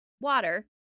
water